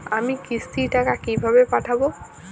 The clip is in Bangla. আমি কিস্তির টাকা কিভাবে পাঠাব?